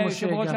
וגם כאן.